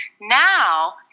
Now